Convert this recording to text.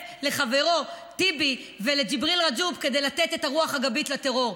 לחברו טיבי ולג'יבריל רג'וב כדי לתת את הרוח הגבית לטרור.